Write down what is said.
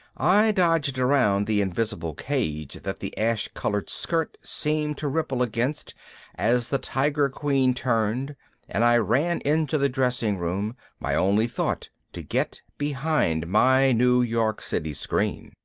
i dodged around the invisible cage that the ash-colored skirt seemed to ripple against as the tiger queen turned and i ran into the dressing room, my only thought to get behind my new york city screen.